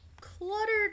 cluttered